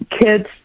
kids